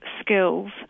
skills